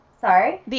Sorry